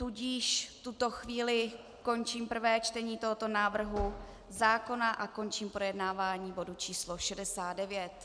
Tudíž v tuto chvíli končím prvé čtení tohoto návrhu zákona a končím projednávání bodu číslo 69.